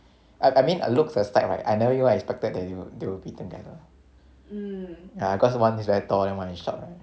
I I mean looks aside right I never even expected that they will be they will be together ya cause one is very tall then one is short right